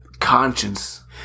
conscience